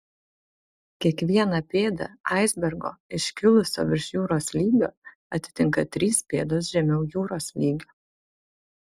kiekvieną pėdą aisbergo iškilusio virš jūros lygio atitinka trys pėdos žemiau jūros lygio